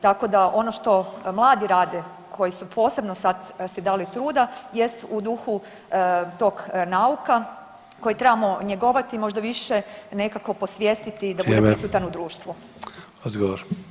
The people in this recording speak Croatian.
Tako da ono što mladi rade koji su posebno sad si dali truda jest u duhu tog nauka koji trebamo njegovati i možda više nekako posvjestiti [[Upadica: Vrijeme.]] da bude prisutan u društvu.